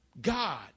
God